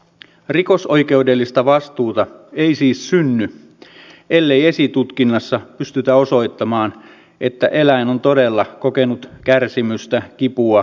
rikosoikeudellista vastuuta ei siis synny ellei esitutkinnassa pystytä osoittamaan että eläin on todella kokenut kärsimystä kipua tai tuskaa